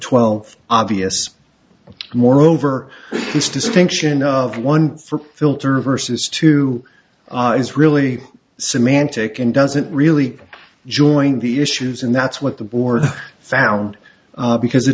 twelve obvious moreover his distinction of one for filter versus two is really semantic and doesn't really join the issues and that's what the board found because